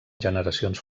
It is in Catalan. generacions